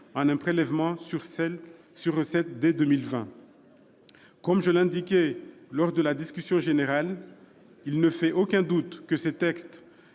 en un prélèvement sur recettes dès 2020. Je l'indiquais lors de la discussion générale : il ne fait aucun doute que ces textes,